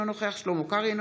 אינו נוכח שלמה קרעי,